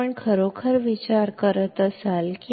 ಪರಿಕಲ್ಪನೆಗಳು ನಿಜವಾಗಿಯೂ ಸುಲಭ